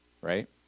Right